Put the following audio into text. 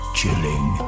chilling